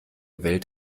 welt